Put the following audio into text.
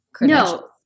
No